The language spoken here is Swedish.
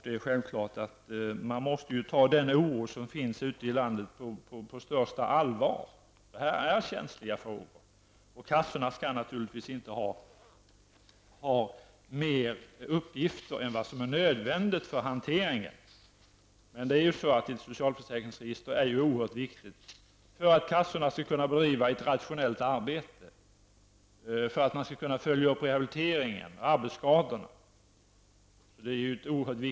Det är självklart att man måste ta den oro som finns ute i landet på största allvar. Kassorna skall naturligtvis inte ha fler uppgifter än vad som är nödvändigt för hanteringen, men socialförsäkringsregistret är ett oerhört viktigt instrument för att kassorna skall kunna bedriva ett rationellt arbete, följa upp rehabiliteringen och arbetsskadorna.